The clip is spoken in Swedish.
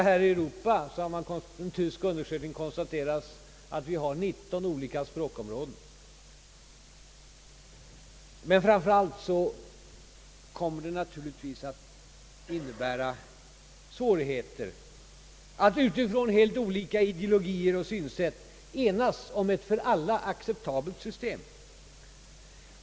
En tysk undersökning har konstaterat att det bara i Europa finns 19 olika språkområden. Framför allt kommer det att innebära svårigheter att utifrån helt olika ideologier enas om ett för alla acceptabelt system.